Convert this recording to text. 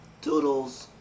Toodles